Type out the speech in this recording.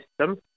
system